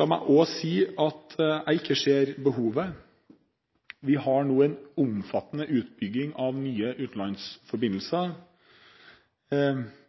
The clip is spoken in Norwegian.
La meg også si at jeg ikke ser behovet. Vi har nå en omfattende utbygging av nye